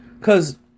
Cause